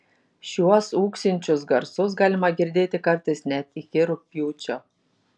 šiuos ūksinčius garsus galima girdėti kartais net iki rugpjūčio